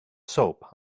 soap